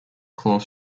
claus